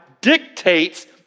dictates